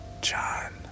John